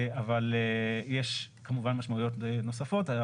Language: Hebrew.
אבל יש כמובן משמעויות נוספות.